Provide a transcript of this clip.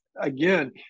again